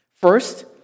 First